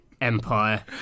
empire